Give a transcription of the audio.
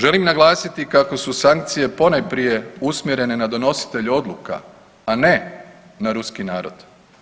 Želim naglasiti kako su sankcije ponajprije usmjerene na donositelja odluka, a ne na ruski narod.